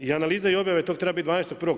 I analiza i objave tog treba biti 12.1.